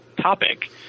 topic